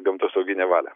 gamtosauginę valią